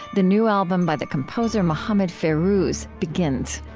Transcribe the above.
the new album by the composer mohammed fairouz, begins.